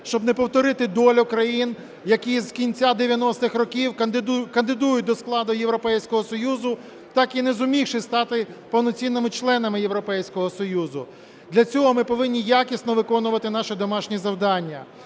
щоб не повторити долю країн, які з кінця 90-х років кандидують до складу Європейського Союзу, так і не зумівши стати повноцінними членами Європейського Союзу. Для цього ми повинні якісно виконувати наше домашнє завдання.